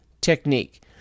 technique